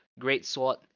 greatsword